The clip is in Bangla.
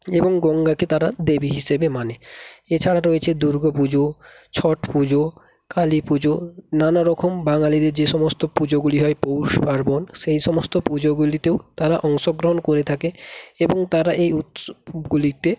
এবং গঙ্গাকে তারা দেবী হিসেবে মানে এছাড়া তো রয়েছে দুর্গা পুজো ছট পুজো কালী পুজো নানারকম বাঙালিদের যে সমস্ত পুজোগুলি হয় পৌষ পার্বণ সেই সমস্ত পুজোগুলিতেও তারা অংশগ্রহণ করে থাকে এবং তারা এই উৎসবগুলিতে